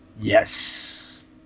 Yes